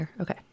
okay